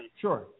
Sure